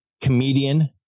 comedian